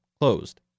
closed